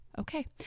okay